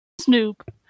snoop